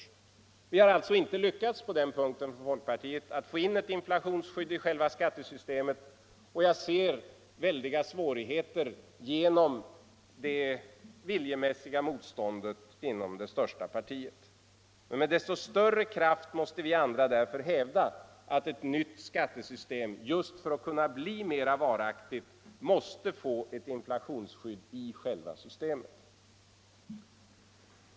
Vi i folkpartiet har alltså inte lyckats på den punkten —- att få in ett inflationsskydd i själva skattesystemet — och jag ser väldiga svårigheter att lyckas genom det viljemässiga motståndet inom det största partiet. Med desto större kraft måste vi andra därför hävda att ett nytt skattesystem, just för att kunna bli mera varaktigt, måste få ett inflationsskydd inbyggt i själva systemet.